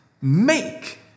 make